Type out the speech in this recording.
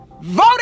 vote